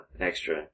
extra